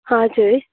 हजुर